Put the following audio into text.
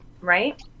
right